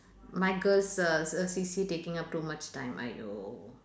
my girl's uh uh C_C_A taking up too much time !aiyo!